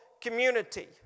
community